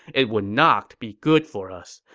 it would not be good for us.